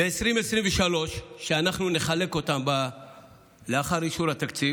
ב-2023, אנחנו נחלק לאחר אישור התקציב,